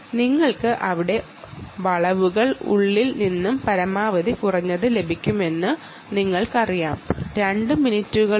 നിങ്ങൾക്ക് അവിടെ വളവുകൾ ഉള്ളതിൽ നിന്ന് പരമാവധി കുറഞ്ഞത് ലഭിക്കുന്നു 2 മിനിമകളുണ്ട്